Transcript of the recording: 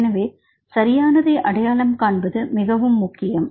எனவே சரியானதை அடையாளம் காண்பது மிகவும் முக்கியம்